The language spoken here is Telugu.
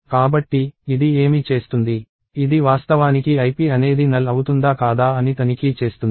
కాబట్టి ఇది ఏమి చేస్తుంది ఇది వాస్తవానికి ip అనేది null అవుతుందా కాదా అని తనిఖీ చేస్తుంది